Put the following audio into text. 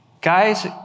Guys